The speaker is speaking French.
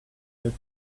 tes